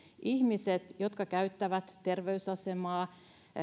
ihmisille jotka käyttävät terveysasemaa